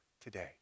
today